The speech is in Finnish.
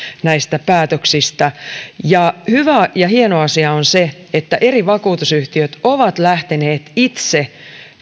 näistä päätöksistä hyvä ja hieno asia on se että eri vakuutusyhtiöt ovat lähteneet itse